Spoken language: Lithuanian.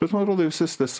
bet man atrodo visas tas